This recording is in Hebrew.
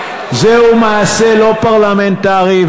זהו מעשה לא פרלמנטרי,